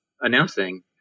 announcing